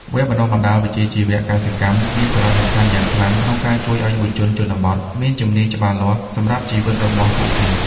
វគ្គបណ្តុះបណ្តាលវិជ្ជាជីវៈកសិកម្មមានសារៈសំខាន់យ៉ាងខ្លាំងក្នុងការជួយឱ្យយុវជនជនបទមានជំនាញច្បាស់លាស់សម្រាប់ជីវិតរបស់ពួកគេ។